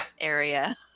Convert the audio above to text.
area